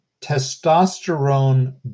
testosterone